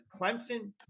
Clemson